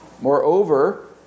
Moreover